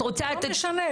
את רוצה --- לא משנה.